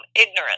ignorant